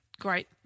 great